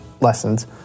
lessons